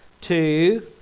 two